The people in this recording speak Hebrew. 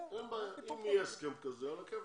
בסדר, אין בעיה, אם יהיה הסכם כזה על הכיפק.